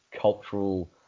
cultural